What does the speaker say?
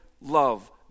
love